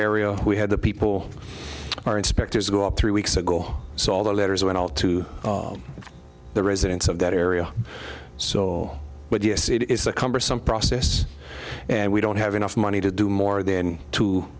area we had the people our inspectors go up three weeks ago so all the letters went all to all the residents of that area so but yes it is a cumbersome process and we don't have enough money to do more than two